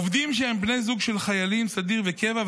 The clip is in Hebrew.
5. עובדים שהם בני זוג של חיילים בסדיר ובקבע,